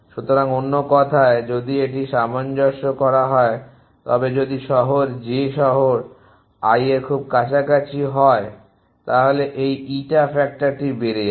সুতরাং অন্য কথায় যদি এটি সামঞ্জস্য করা হয় তবে যদি শহর j শহর i এর খুব কাছাকাছি হয় তাহলে এই ইটা ফ্যাক্টরটি বেড়ে যাবে